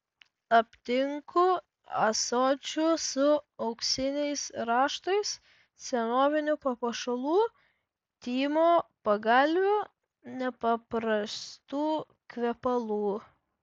aptinku ąsočių su auksiniais raštais senovinių papuošalų tymo pagalvių nepaprastų kvepalų